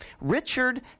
Richard